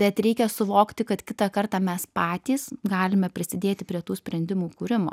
bet reikia suvokti kad kitą kartą mes patys galime prisidėti prie tų sprendimų kūrimo